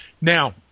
Now